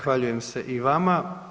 Zahvaljujem se i vama.